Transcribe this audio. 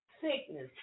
sickness